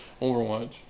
Overwatch